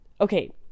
okay